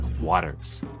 Waters